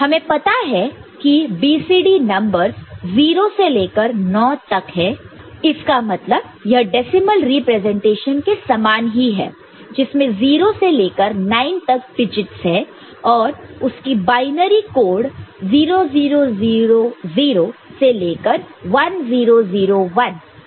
हमें पता है की BCD नंबरस 0 से लेकर 9 तक है इसका मतलब यह डेसिमल रिप्रेजेंटेशन के समान ही है जिसमें 0 से लेकर 9 तक डिजिटस है और उसके बायनरी कोड 0 0 0 0 से लेकर 1 0 0 1 तक है